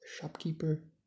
shopkeeper